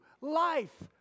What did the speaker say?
life